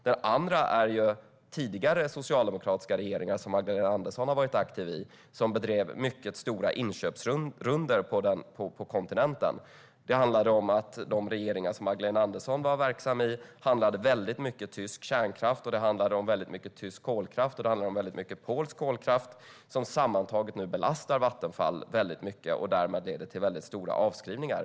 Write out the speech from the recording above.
Den andra orsaken är tidigare socialdemokratiska regeringar som Magdalena Andersson var aktiv i och som bedrev mycket stora inköpsrundor på kontinenten. Det handlade om att de regeringar som Magdalena Andersson var verksam i handlade mycket tysk kärnkraft och tysk och polsk kolkraft som sammantaget nu belastar Vattenfall väldigt mycket och därmed leder till stora avskrivningar.